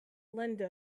linda